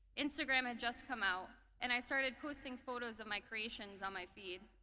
instagram had just come out, and i started posting photos of my creations on my feed.